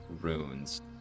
runes